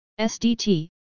SDT